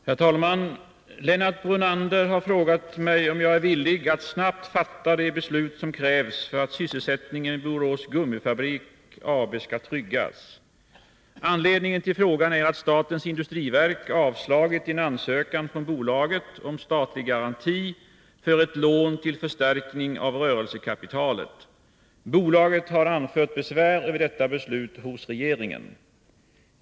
Herr talman! Lennart Brunander har frågat mig om jag är villig att snabbt fatta de beslut som krävs för att sysselsättningen vid Borås Gummifabrik AB skall tryggas. Anledningen till frågan är att statens industriverk avslagit en ansökan från bolaget om statlig garanti för ett lån till förstärkning av rörelsekapitalet. Bolaget har anfört besvär över detta beslut hos regeringen.